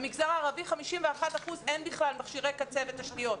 במגזר הערבי ל-51% אין בכלל מכשירי קצה ותשתיות.